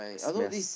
smells